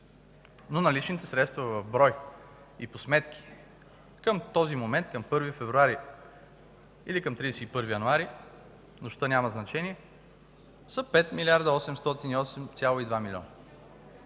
Но наличните средства в брой и по сметки към този момент, към 1 февруари или към 31 януари – няма значение, са 5 млрд. 808,2 милиона.